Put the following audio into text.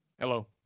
Hello